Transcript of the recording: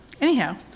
anyhow